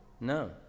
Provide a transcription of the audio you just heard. No